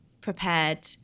prepared